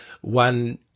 one